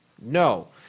No